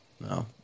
no